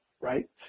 Right